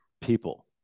people